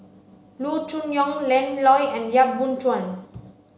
Loo Choon Yong Lan Loy and Yap Boon Chuan